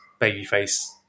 babyface